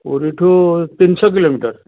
ପୁରୀ ଠୁ ତିନି ଶହ କିଲୋମିଟର